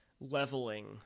leveling